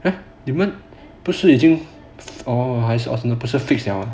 !huh! 你们不是已经 orh 还是不是 fixed 的 ah